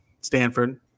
Stanford